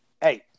hey